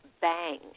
bang